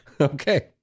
okay